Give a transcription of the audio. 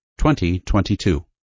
2022